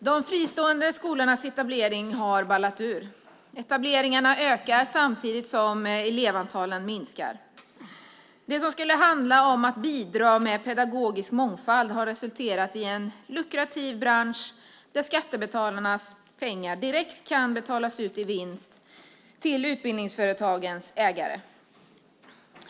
Herr talman! De fristående skolornas etablering har ballat ur. Etableringarna ökar samtidigt som elevantalet minskar. Det som skulle handla om att bidra med pedagogisk mångfald har resulterat i en lukrativ bransch där skattebetalarnas pengar direkt kan betalas ut i vinst till utbildningsföretagens ägare.